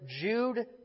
Jude